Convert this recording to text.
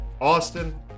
Austin